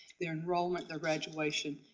their enrollment, their graduation,